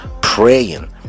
praying